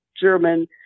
German